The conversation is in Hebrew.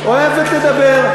אוהבת לדבר.